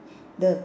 the